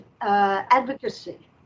advocacy